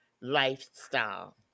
lifestyle